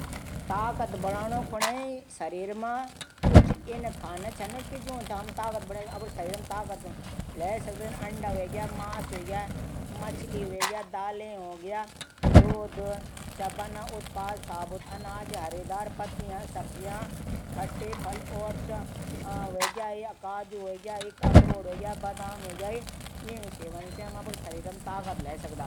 ताकत बढौणू कू शरीर मा कुछ इन खाणू छन ज्यूं से हम अपड शरीर ताकत लै सकदा। मांस हवेग्या मछली हवेग्या। दालें हवेग्या सब्जियां हवेग्या साबुन अनाज अंडा हरे पतियां खटटा फल काजू हवेग्या। अखरोट हवेग्या। बादाम हवेग्या। यूंक सेवन से हम अपड शरीर मां ताकत लै सकदा।